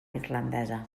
irlandesa